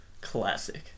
Classic